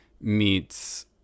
meets